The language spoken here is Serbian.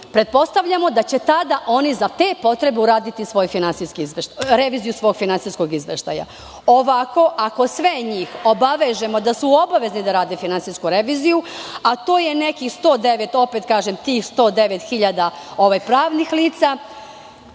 pretpostavljamo da će tada oni za te potrebe uraditi reviziju svog finansijskog izveštaja. Ovako, ako sve njih obavežemo da su obavezni da rade finansijsku reviziju, a to je nekih 109 hiljada pravnih lica,